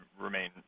remain